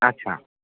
अच्छा